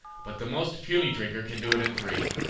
but the most puny drinker can do it in three.